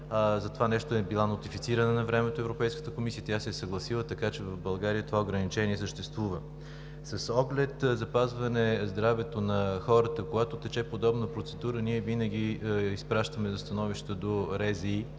За това нещо е била нотифицирана навремето Европейската комисия и тя се е съгласила, така че в България това ограничение съществува. С оглед запазване здравето на хората, когато тече подобна процедура ние винаги изпращаме за становища до РЗИ,